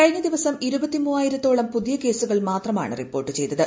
കഴിഞ്ഞദിവസം ഇരുപത്തി മൂവായിരത്തോളം പുതിയ കേസുകൾ മാത്രമാണ് റിപ്പോർട്ട് ചെയ്തത്